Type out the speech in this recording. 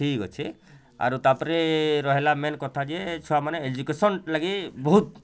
ଠିକ୍ ଅଛେ ଆରୁ ତା'ପ୍ରେ ରହେଲା ମେନ୍ କଥା ଯେ ଛୁଆମାନେ ଏଜୁକେସନ୍ ଲାଗି ବହୁତ୍